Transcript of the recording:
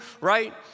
right